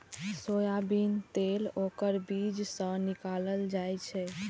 soybean तेल ओकर बीज सं निकालल जाइ छै